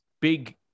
big